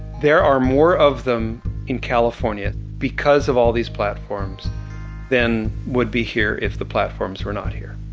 there are more of them in california because of all these platforms than would be here if the platforms were not here